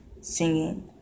singing